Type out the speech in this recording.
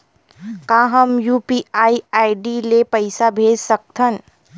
का हम UPI ID ले पईसा भेज सकथन?